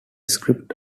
scripts